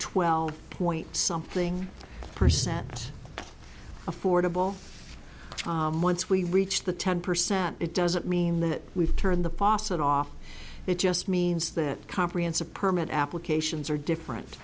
twelve point something percent affordable once we reached the ten percent it doesn't mean that we've turned the faucet off it just means that comprehensive permit applications are different